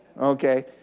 Okay